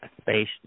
space